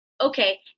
Okay